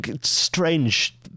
strange